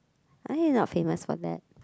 uh he not famous for that